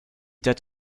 that